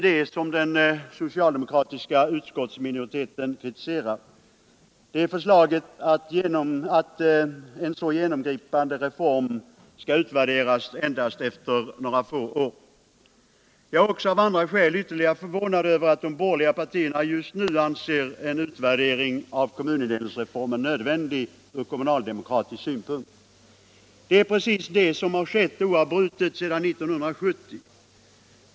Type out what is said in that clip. Den socialdemokratiska utskottsminoritetens kritik gäller inte detta utan förslaget att en så genomgripande reform skall utvärderas efter endast några få år. Jag är också av andra skäl ytterligare förvånad över att de borgerliga partierna just nu anser en utvärdering av kommunindelningsreformen nödvändig från kommunaldemokratisk synpunkt. Det är precis det som har skett oavbrutet sedan 1970.